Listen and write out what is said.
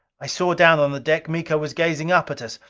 i saw down on the deck. miko was gazing up at us.